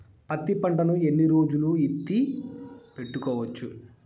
పత్తి పంటను ఎన్ని రోజులు ఎత్తి పెట్టుకోవచ్చు?